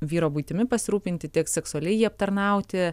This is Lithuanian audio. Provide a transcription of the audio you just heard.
vyro buitimi pasirūpinti tiek seksualiai jį aptarnauti